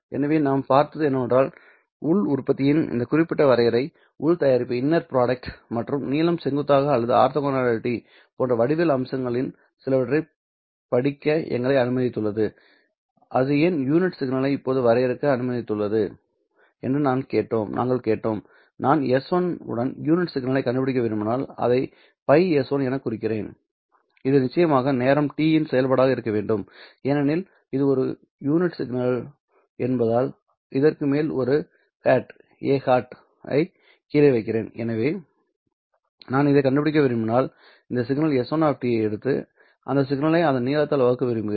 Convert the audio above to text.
எனவே நாம் பார்த்தது என்னவென்றால் உள் உற்பத்தியின் இந்த குறிப்பிட்ட வரையறை உள் தயாரிப்பு மற்றும் நீளம் செங்குத்தாக அல்லது ஆர்த்தோகனாலிட்டி போன்ற வடிவியல் அம்சங்களில் சிலவற்றைப் பிடிக்க எங்களை அனுமதித்துள்ளது அது ஏன் யூனிட் சிக்னலை இப்போது வரையறுக்க அனுமதித்துள்ளது என்று நாங்கள் கேட்டோம்நான் s1 உடன் யூனிட் சிக்னலைக் கண்டுபிடிக்க விரும்பினால் அதை ϕS1 எனக் குறிக்கிறேன் இது நிச்சயமாக நேரம் t இன் செயல்பாடாக இருக்க வேண்டும் ஏனெனில் இது ஒரு யூனிட் சிக்னல் என்பதால் இதற்கு மேல் ஒரு ஹேட் ஐ கீழே வைக்கிறேன்எனவே நான் இதைக் கண்டுபிடிக்க விரும்பினால் இந்த சிக்னல் s1 ஐ எடுத்து அந்த சிக்னலை அதன் நீளத்தால் வகுக்க விரும்புகிறேன்